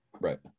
right